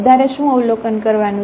વધારે શું આવલોકન કરવાનું છે